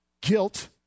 guilt